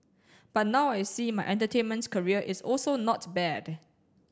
but now I see my entertainments career is also not bad